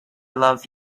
love